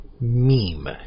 meme